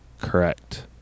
Correct